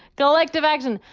collective action.